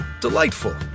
Delightful